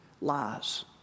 lies